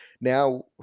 now